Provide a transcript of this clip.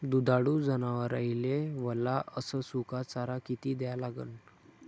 दुधाळू जनावराइले वला अस सुका चारा किती द्या लागन?